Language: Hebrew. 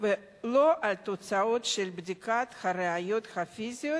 ולא על תוצאות של בדיקת הראיות הפיזיות